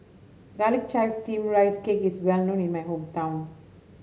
Garlic Chives Steamed Rice Cake is well known in my hometown